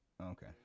Okay